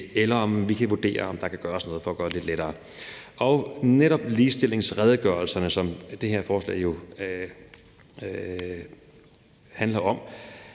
eller om vi kan vurdere, om der kan gøres noget for at gøre det lidt lettere. Netop ligestillingsredegørelserne, som det her forslag jo handler om,